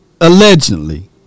allegedly